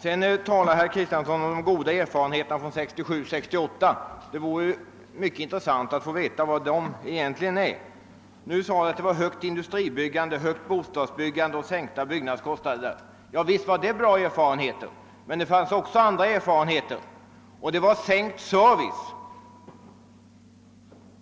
Vidare talade herr Kristenson om de goda erfarenheterna från 1967—1968. Det vore mycket intressant att få veta vilka dessa erfarenheter egentligen är. Det sades att det var ett högt industribyggande, ett högt bostadsbyggande och sänkta byggnadskostnader. Ja, visst var det bra erfarenheter. Men det blev också andra erfarenheter, nämligen sänkt service,